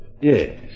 Yes